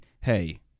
hey